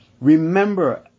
Remember